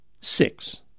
Six